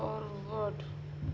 forward